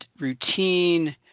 routine